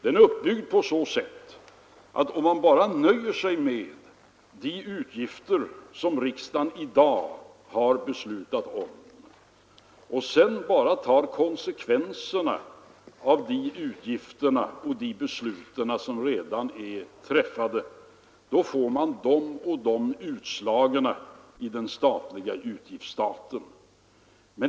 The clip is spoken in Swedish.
Den är uppbyggd på så sätt att den anger vilka utslagen i den statliga utgiftsstaten blir om man nöjer sig med de utgifter som riksdagen redan fattat beslut om och sedan bara tar konsekvenserna av dem.